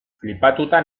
flipatuta